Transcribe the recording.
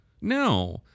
No